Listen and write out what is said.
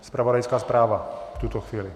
Zpravodajská zpráva v tuto chvíli.